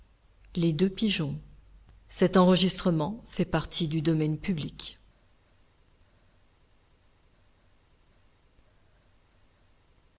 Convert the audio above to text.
les deux pigeons